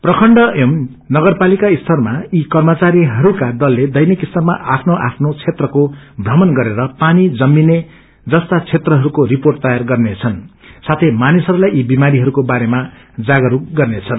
प्रखण्ड एवं नगरपालिका स्तरमा यी कप्रचारीहस्कावलले दैनिक स्तरमा आफ्नो आफ्नो क्षेत्रको प्रमण गरेर पानी जमिने जस्ता क्षेत्रहरूको रिपोंट तयार गर्नेछन् साथै मानिसहस्लाइयी विमारीहरूको बारेमा जागस्क गर्नेछन्